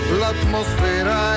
l'atmosfera